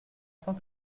cent